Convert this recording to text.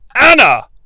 Anna